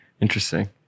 Interesting